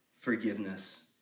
forgiveness